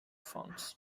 fonts